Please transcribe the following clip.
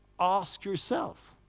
ask yourself.